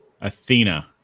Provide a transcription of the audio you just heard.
Athena